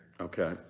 Okay